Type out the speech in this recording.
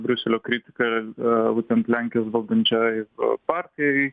briuselio kritika būtent lenkijos valdančiojoj partijoj